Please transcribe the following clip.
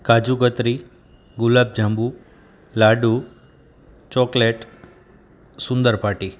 કાજુ katli gulab jamun laddu chocolate સુંદર પાટી